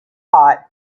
hot